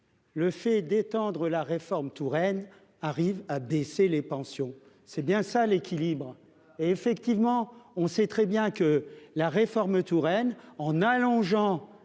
Le fait d'étendre la réforme Touraine arrive à DC les pensions. C'est bien ça l'équilibre et effectivement on sait très bien que la réforme Touraine en allongeant